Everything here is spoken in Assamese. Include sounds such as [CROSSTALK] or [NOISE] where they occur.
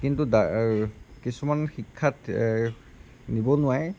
কিন্তু [UNINTELLIGIBLE] কিছুমান শিক্ষাত নিবনুৱাই